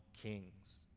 kings